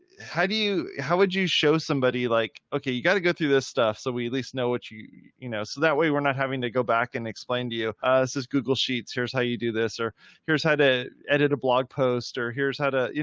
how do you, how would you show somebody like, okay, you gotta go through this stuff so we at least know what you, you know, so that way we're not having to go back and explain to you, jason tucker this is google sheets. here's how you do this, or here's how to edit a blog post, or here's how to, you